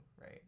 right